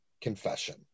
confession